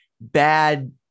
bad